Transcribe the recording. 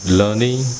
learning